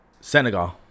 Senegal